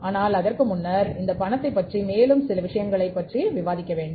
ஆனால் அதற்கு முன்னர் இந்த பணத்தைப் பற்றி மேலும் சில விஷயங்களைப் பற்றி விவாதிப்போம்